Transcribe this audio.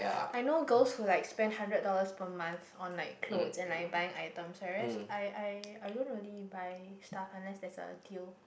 I know girls who like spend hundred dollars per month on like clothes and like buying item whereas I I I don't really buy stuff unless there's a deal